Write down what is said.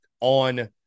on